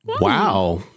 Wow